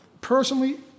personally